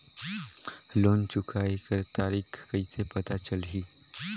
Loan चुकाय कर तारीक कइसे पता चलही?